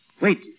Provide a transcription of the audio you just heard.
Wait